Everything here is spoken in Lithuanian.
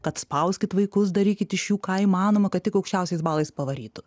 tad spauskit vaikus darykit iš jų ką įmanoma kad tik aukščiausiais balais pavarytų